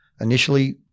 initially